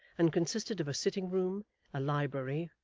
and consisted of a sitting-room a library,